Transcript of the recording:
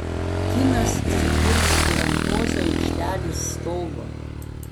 kinas įsikurs ir ant ozo aikštelės stogo